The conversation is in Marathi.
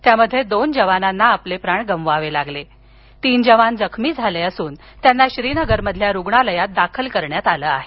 त्यामध्ये दोन जवानांना आपले प्राण गमवावे लागले तर तीन जवान जखमी झाले असून त्यांना श्रीनगरमधल्या रुग्णालयात दाखल करण्यात आलं आहे